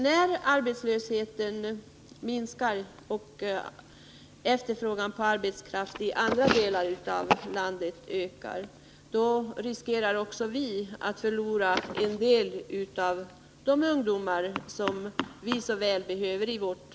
När arbetslösheten minskar och efterfrågan på arbetskraft ökar i andra delar av landet riskerar vi att förlora en del av de ungdomar som vi så väl behöver i vårt län.